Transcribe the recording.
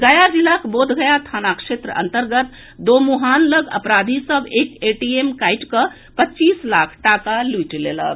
गया जिलाक बोधगया थाना क्षेत्र अंतर्गत दोमुहान लऽग अपराधी सभ एक एटीएम काटि कऽ पच्चीस लाख टाका लूटि लेलक